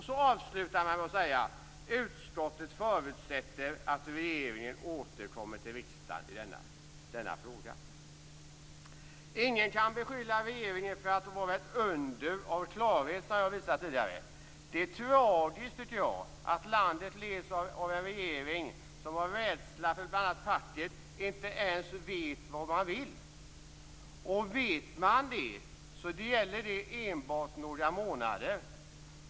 Så avslutar man med att säga att utskottet förutsätter att regeringen återkommer till riksdagen i denna fråga. Ingen kan beskylla regeringen för att vara ett under av klarhet, som jag har visat tidigare. Det är tragiskt, tycker jag, att landet leds av en regering som av rädsla för bl.a. facket inte ens vet vad den vill. Vet man vad man vill gäller det enbart några månader.